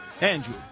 Andrew